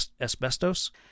asbestos